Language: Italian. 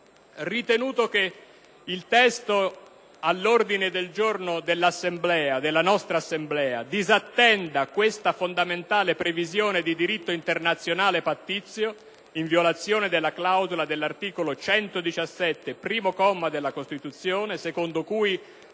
ritenuto che: il testo base all'ordine del giorno dell'Assemblea disattenda questa fondamentale previsione di diritto internazionale pattizio, in violazione della clausola dell'articolo 117, primo comma, della Costituzione, secondo cui